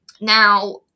Now